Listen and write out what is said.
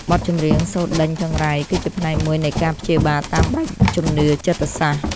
បទចម្រៀងសូត្រដេញចង្រៃ គឺជាផ្នែកមួយនៃការព្យាបាលតាមបែបជំនឿចិត្តសាស្ត្រ។